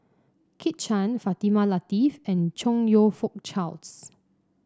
Kit Chan Fatimah Lateef and Chong You Fook Charles